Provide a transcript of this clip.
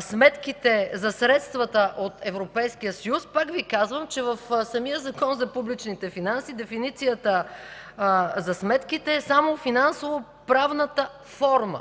„сметките за средствата от Европейския съюз”, пак Ви казвам, че в самия Закон за публичните финанси дефиницията за сметките е само финансово-правната форма,